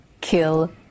kill